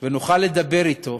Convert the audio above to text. ונוכל לדבר אתו,